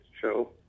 show